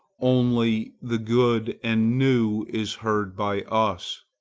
only the good and new is heard by us.